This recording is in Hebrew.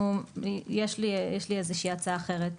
יש לי איזה שהיא הצעה אחרת.